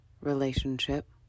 relationship